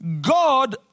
God